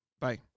Bye